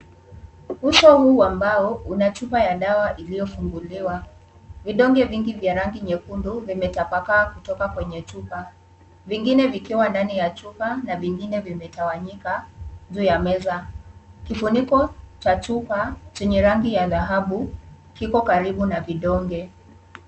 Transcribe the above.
Uso huu wa mbao una chupa ya dawa iliyofunguliwa. Vidonge vingi vya rangi nyekundu vimetapakaa kutoka kwenye chupa vingine vikiwa ndani ya chupa na vingine vimetawanyika juu ya meza. Kifuniko cha chupa chenye rangi ya dhahabu kiko karibu na vidonge.